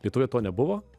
lietuvoje to nebuvo